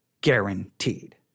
guaranteed